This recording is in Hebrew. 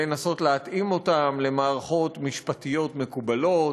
לנסות להתאים אותם למערכות משפטיות מקובלות?